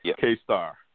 K-Star